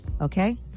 okay